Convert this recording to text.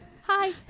hi